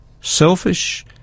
selfish